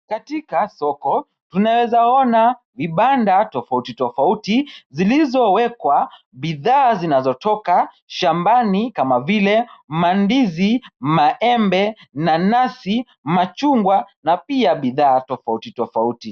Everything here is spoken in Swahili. Katika soko, tunaweza ona vibanda tofauti tofauti, zilizowekwa bidhaa zinazotoka shambani, kama vile mandizi, maembe, nanasi, machungwa na pia bidhaa tofauti tofauti.